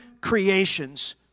creations